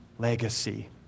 Legacy